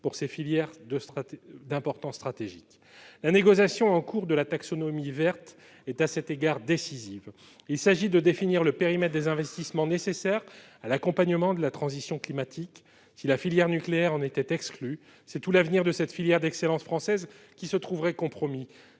pour ces filières d'importance stratégique. La négociation en cours de la taxonomie verte est à cet égard décisive. Il s'agit de définir le périmètre des investissements nécessaires à l'accompagnement de la transition climatique. Si la filière nucléaire en était exclue, c'est tout l'avenir de cette filière d'excellence française qui se trouverait compromis.